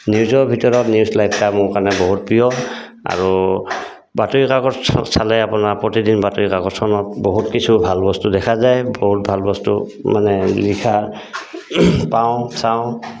নিউজৰ ভিতৰত news live এটা মোৰ কাৰণে বহুত প্ৰিয় আৰু বাতৰি কাকতখন চালে আপোনাৰ প্ৰতিদিন বাতৰি কাকতখনত বহুত কিছু ভাল বস্তু দেখা যায় বহুত ভাল বস্তু মানে লিখা পাওঁ চাওঁ